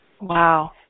Wow